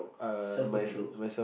self control